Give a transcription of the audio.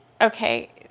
okay